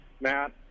Matt